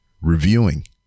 reviewing